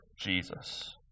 Jesus